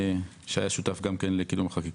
שהיה שותף גם כן לקידום החקיקה.